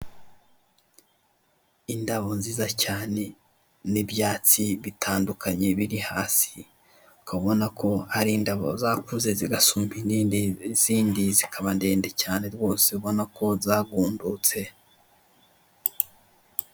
Indabo nziza cyane n'ibyatsi bitandukanye biri hasi ukaba ubona ko, ari indabo zakuze zigasumba izindi zikababa ndende cyane rwose ubona ko zagundutse.